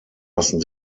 lassen